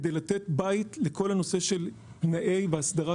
כדי לתת בית לכל הנושא של התנאים להסדרת